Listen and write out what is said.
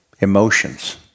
emotions